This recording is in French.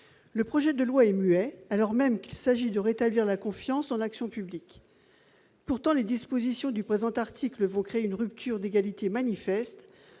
non familiaux, alors même qu'il s'agit de rétablir la confiance dans l'action publique. Pourtant, les dispositions du présent article créeront une rupture d'égalité manifeste,